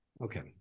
Okay